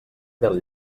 del